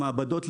המעבדות,